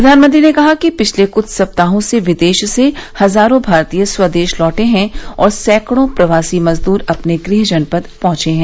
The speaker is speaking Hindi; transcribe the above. प्रधानमंत्री ने कहा कि पिछले कुछ सप्ताहों में विदेश से हजारों भारतीय स्वदेश लौटे हैं और सैकड़ों प्रवासी मजद्र अपने गृह नगर पहुंचे हैं